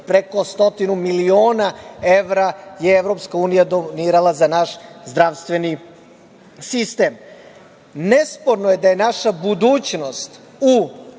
Preko stotinu miliona evra je EU donirala za naš zdravstveni sistem. Nesporno je da je naša budućnost u